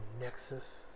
Nexus